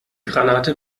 granate